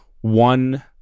one